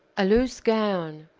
a loose gown,